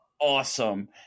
awesome